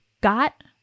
got